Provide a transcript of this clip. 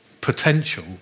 potential